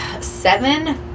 seven